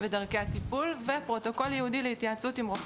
דרכי הטיפול ופרוטוקול ייעודי להתייעצות עם רופא